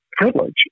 privilege